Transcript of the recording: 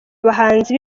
abahanzi